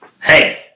Hey